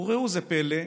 וראו זה פלא,